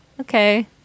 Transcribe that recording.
okay